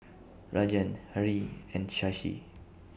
Rajan Hri and Shashi